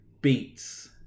beats